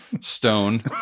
stone